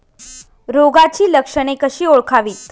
रोगाची लक्षणे कशी ओळखावीत?